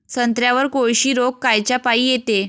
संत्र्यावर कोळशी रोग कायच्यापाई येते?